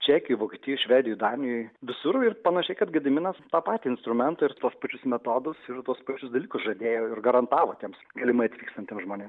čekijoj vokietijoj švedijoj danijoj visur ir panašiai kad gediminas tą patį instrumentą ir tuos pačius metodus ir tuos pačius dalykus žadėjo ir garantavo tiems galimai atvykstantiem žmonėm